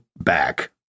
back